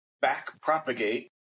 back-propagate